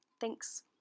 Thanks